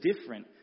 different